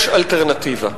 יש אלטרנטיבה,